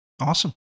Awesome